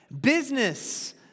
business